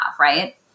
right